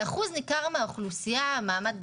לאחוז ניכר מהאוכלוסייה מעמד ביניים,